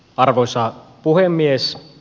arvoisa puhemies